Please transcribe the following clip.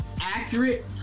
accurate